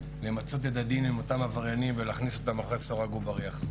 למצות את הדין עם אותם עבריינים ולהכניס אותם אחרי סורג ובריח.